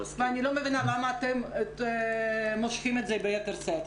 ואני לא מבינה למה אתם מושכים את זה ביתר שאת.